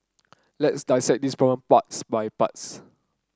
let's dissect this problem parts by parts